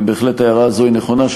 ובהחלט ההערה הזאת היא נכונה.